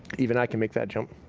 even i can make that jump.